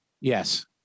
Yes